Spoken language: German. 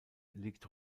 liegt